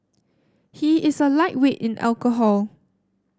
he is a lightweight in alcohol